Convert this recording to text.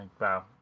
wow